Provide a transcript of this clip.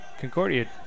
Concordia